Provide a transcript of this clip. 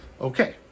okay